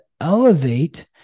elevate